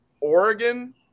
Oregon